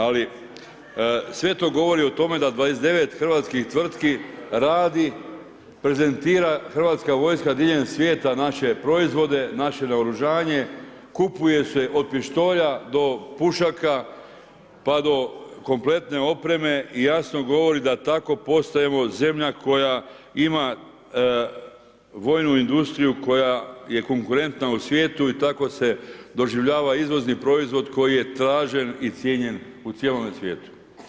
Ali sve to govori o tome da 29 hrvatskih tvrtki radi, prezentira hrvatska vojska diljem svijeta naše proizvode, naše naoružanje, kupuje se od pištolja do pušaka pa do kompletne opreme i jasno govori da tako postaje evo zemlja koja ima vojnu industriju koja je konkurentna u svijetu i tako se doživljava izvozni proizvod koji je tražen i cijenjen u cijelome svijetu.